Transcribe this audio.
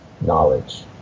knowledge